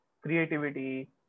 creativity